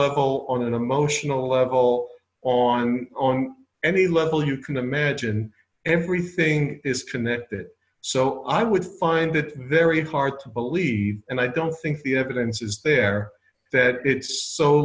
level on an emotional level on any level you can imagine everything is connected so i would find it very hard to believe and i don't think the evidence is there that it's so